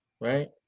right